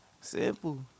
Simple